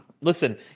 Listen